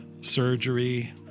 surgery